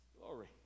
Glory